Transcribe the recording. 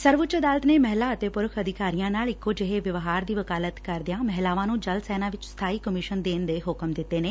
ਸਰਵਉੱਚ ਅਦਾਲਤ ਨੇ ਮਹਿਲਾ ਅਤੇ ਪੁਰਸ਼ ਅਧਿਕਾਰੀਆਂ ਨਾਲ ਇਕੋ ਜਿਹੇ ਵਿਵਹਾਰ ਦੀ ਵਕਾਲਤ ਕਰਦਿਆਂ ਮਹਿਲਾਵਾਂ ਨੂੰ ਜਲ ਸੈਨਾ ਵਿਚ ਸਬਾਈ ਕਮਿਸ਼ਨ ਦੇਣ ਦੇ ਹਕਮ ਦਿੱਤੇ ਨੇ